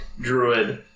druid